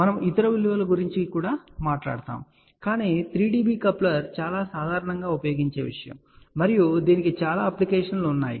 మనము ఇతర విలువల గురించి కూడా మాట్లాడుతాము కాని 3 dB కప్లర్ చాలా సాధారణంగా ఉపయోగించే విషయం మరియు దీనికి చాలా అప్లికేషన్ లు ఉన్నాయి